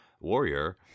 warrior